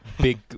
big